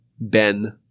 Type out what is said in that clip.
ben